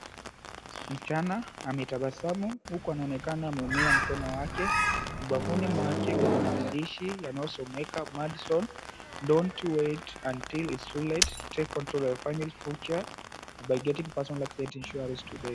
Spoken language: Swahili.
Msichana ametabasamu huku anaonekana ameumia mkono wake. Ubavuni mwake kuna maandishi yanayosomeka, "Don't wait until it's too late. Take control of your family's future by getting personal accident insurance today! ".